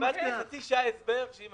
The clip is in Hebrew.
בפעם שעברה קיבלתי חצי שעה הסבר שאם